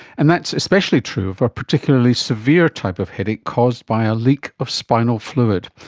and that's especially true of a particularly severe type of headache caused by a leak of spinal fluid.